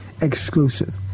exclusive